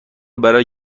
برای